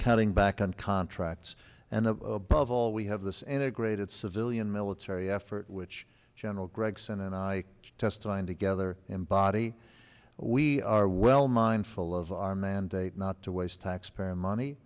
cutting back on contracts and above all we have this integrated civilian military effort which general gregson and i testified together in body we are well mindful of our mandate not to waste taxpayer money